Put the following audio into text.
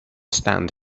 stand